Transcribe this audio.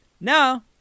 Now